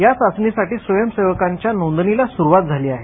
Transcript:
या चाचणीसाठी स्वयंसेवकांच्या नोंदणीला सुरुवात झाली आहे